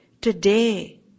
today